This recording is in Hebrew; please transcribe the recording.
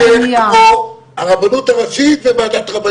פה הרצאות,